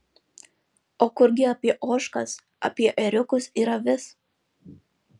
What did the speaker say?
o kurgi apie ožkas apie ėriukus ir avis